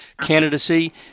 candidacy